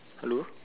hello